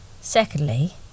Secondly